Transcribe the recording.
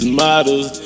models